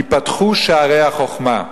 ייפתחו שערי החוכמה.